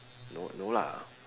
no no lah